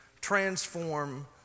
transform